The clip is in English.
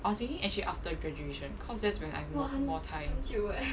I was thinking actually after graduation cause that's when I have more more time